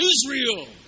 Israel